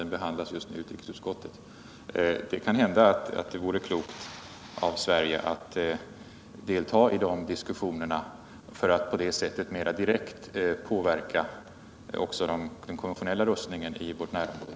Den behandlas just nu i utrikesutskottet. Kanhända vore det klokt av Sverige att delta i de diskussionerna för att på så sätt mera direkt påverka också den konventionella rustningen i vårt närområde.